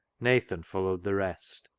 nathan followed the rest.